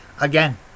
Again